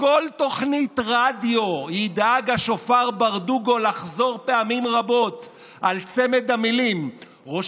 בכל תוכנית רדיו ידאג השופר ברדוגו לחזור פעמים רבות על צמד המילים "ראש